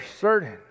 certain